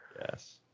Yes